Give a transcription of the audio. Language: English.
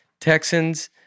Texans